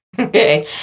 Okay